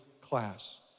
class